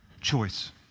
choice